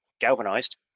galvanized